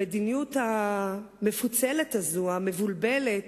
המדיניות המפוצלת הזאת, המבולבלת,